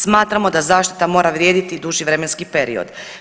Smatramo da zaštita mora vrijediti duži vremenski period.